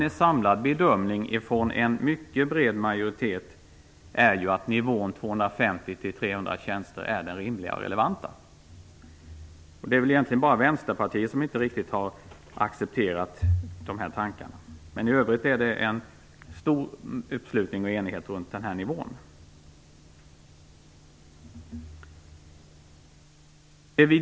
En samlad bedömning från en mycket bred majoritet är att nivån 250-300 tjänster är rimlig och relevant. Det är väl egentligen bara Vänsterpartiet som inte riktigt har accepterat de här tankarna. I övrigt finns det en stor uppslutning och enighet runt den här nivån.